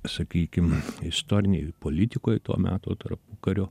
sakykim istorinėj politikoj to meto tarpukario